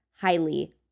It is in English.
highly